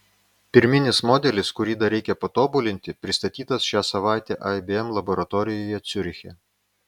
pirminis modelis kurį dar reikia patobulinti pristatytas šią savaitę ibm laboratorijoje ciuriche